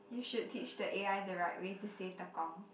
you should teach the a_i the right way to say Tekong